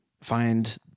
find